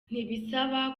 ntibisaba